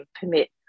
permit